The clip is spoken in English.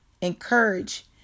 encourage